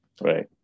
Right